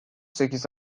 sekiz